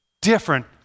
different